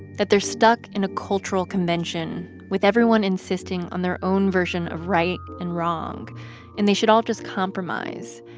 that they're stuck in a cultural convention with everyone insisting on their own version of right and wrong and they should all just compromise?